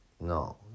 no